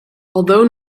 although